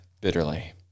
bitterly